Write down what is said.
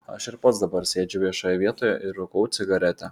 aš ir pats dabar sėdžiu viešoje vietoje ir rūkau cigaretę